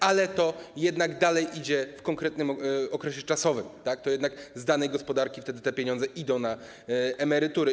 Ale to jednak dalej idzie w konkretnym okresie, to jednak z danej gospodarki wtedy te pieniądze idą na emerytury.